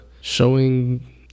showing